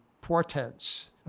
portents